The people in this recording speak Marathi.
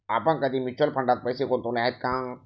आपण कधी म्युच्युअल फंडात पैसे गुंतवले आहेत का?